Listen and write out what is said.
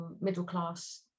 middle-class